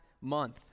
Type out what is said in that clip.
month